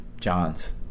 Johns